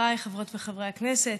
חבריי חברות וחברי הכנסת,